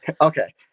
Okay